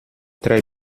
très